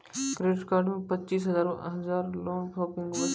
Credit card मे पचीस हजार हजार लोन शॉपिंग वस्ते?